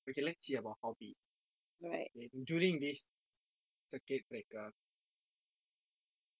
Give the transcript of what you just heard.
okay let's see about hobbies during this circuit breaker